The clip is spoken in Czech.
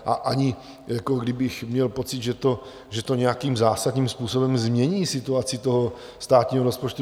A ani kdybych měl pocit, že to nějakým zásadním způsobem změní situaci toho státního rozpočtu.